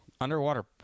Underwater